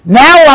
now